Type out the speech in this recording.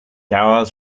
hours